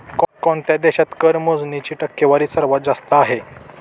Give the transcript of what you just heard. कोणत्या देशात कर मोजणीची टक्केवारी सर्वात जास्त आहे?